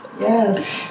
Yes